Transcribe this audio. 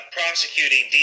prosecuting